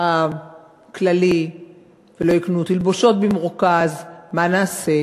הכללי ולא יקנו תלבושות במרוכז, מה נעשה?